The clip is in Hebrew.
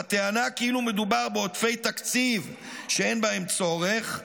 בטענה כאילו מדובר בעודפי תקציב שאין בהם צורך,